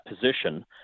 position